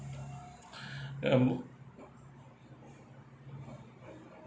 mm